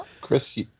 Chris